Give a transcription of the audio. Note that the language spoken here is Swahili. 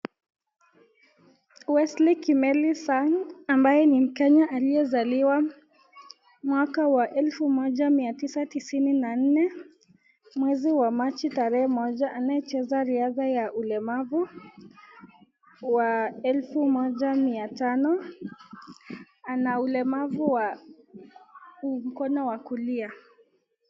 Wesley Kimeli sang ambaye ni mkenya aliyezaliwa mwaka wa elfu moja mia tisa tisini na nne, mwezi wa machi tarehe moja, anayecheza riadha ya ulemavu wa elfu moja mia tano. Ana ulemavu wa mkono wa kulia.